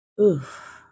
oof